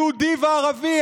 יהודי וערבי.